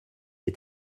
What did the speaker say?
est